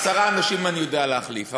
עשרה אנשים אני יודע להחליף,